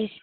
dish